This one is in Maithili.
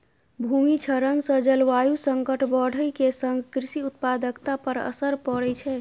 भूमि क्षरण सं जलवायु संकट बढ़ै के संग कृषि उत्पादकता पर असर पड़ै छै